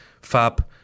Fab